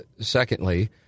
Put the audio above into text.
Secondly